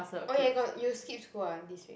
oh ya you got you skip school ah this week